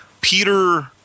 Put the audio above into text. Peter